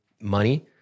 money